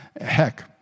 heck